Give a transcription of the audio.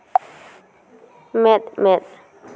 ᱢᱮᱫ ᱢᱮᱫ